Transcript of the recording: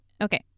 Okay